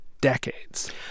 decades